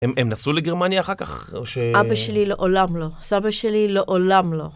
הם נסעו לגרמניה אחר כך, או ש...? אבא שלי לעולם לא. סבא שלי לעולם לא.